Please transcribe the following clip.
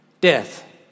Death